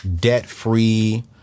debt-free